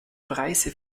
preise